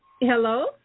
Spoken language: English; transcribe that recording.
Hello